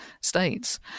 states